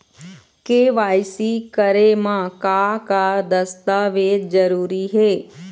KYC करे म का का दस्तावेज जरूरी हे?